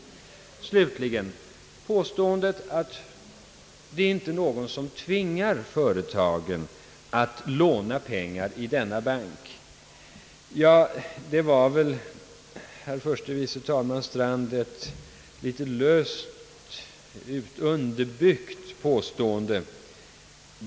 Vad slutligen beträffar påståendet att ingen tvingar företagen att låna pengar i denna bank, så var väl detta, herr förste vice talman, ett föga underbyggt påstående.